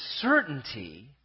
certainty